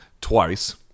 twice